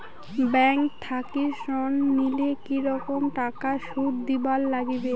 Bank থাকি ঋণ নিলে কি রকম টাকা সুদ দিবার নাগিবে?